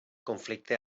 conflicte